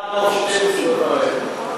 אוטובוס אחרון להר-נוף ב-00:15.